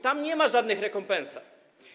Tam nie ma żadnych rekompensat.